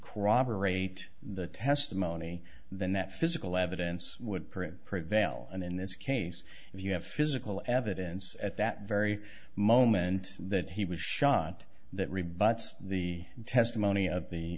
corroborate the testimony then that physical evidence would print prevail and in this case if you have physical evidence at that very moment that he was shot that rebuts the testimony of the